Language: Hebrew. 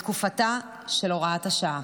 בתקופתה של הוראת השעה.